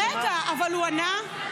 רגע, אבל הוא ענה?